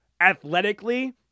athletically